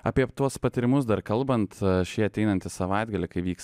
apie tuos patyrimus dar kalbant šį ateinantį savaitgalį kai vyks